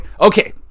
okay